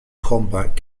combat